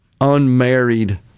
unmarried